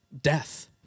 death